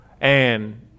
And-